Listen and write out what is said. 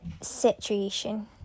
situation